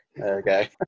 okay